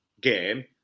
game